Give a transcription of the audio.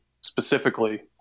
specifically